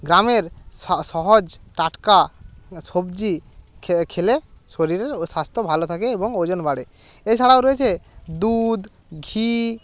গ্রামের সহজ টাটকা সবজি খেলে শরীরেরও স্বাস্ত্য ভালো থাকে এবং ওজন বাড়ে এছাড়াও রয়েছে দুধ ঘি